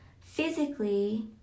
physically